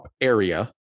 area